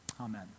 Amen